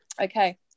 Okay